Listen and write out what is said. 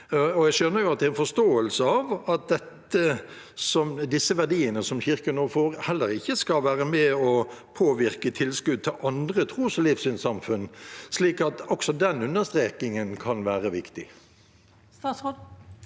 Jeg skjønner at det er en forståelse av at disse verdiene som Kirken nå får, heller ikke skal være med på å påvirke tilskudd til andre tros- og livssynssamfunn, så også den understrekingen kan være viktig. Statsråd